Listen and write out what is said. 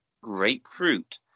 Grapefruit